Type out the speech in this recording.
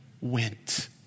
went